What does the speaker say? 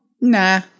Nah